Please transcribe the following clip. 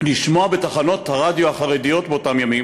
לשמוע בתחנות הרדיו החרדיות, באותם ימים